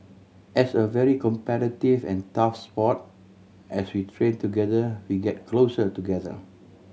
as a very competitive and tough sport as we train together we get closer together